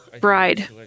bride